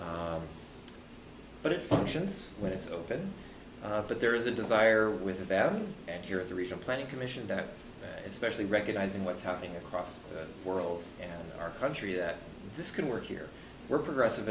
but it functions when it's open but there is a desire with the bad and you're the reason planning commission that especially recognizing what's happening across the world and our country that this can work here we're progressive